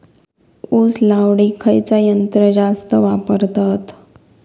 ऊस लावडीक खयचा यंत्र जास्त वापरतत?